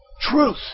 Truth